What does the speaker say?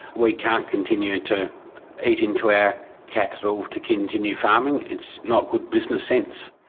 we can't continue to eat into our capital to continue farming, it's not good business sense.